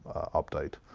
update,